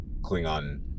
Klingon